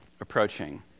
approaching